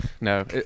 no